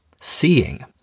Seeing